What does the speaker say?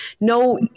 no